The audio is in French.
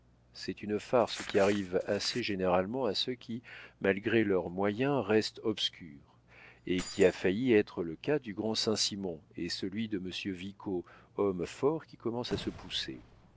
c'est une farce qui arrive assez généralement à ceux qui malgré leurs moyens restent obscurs et qui a failli être le cas du grand saint-simon et celui de m vico homme fort qui commence à se pousser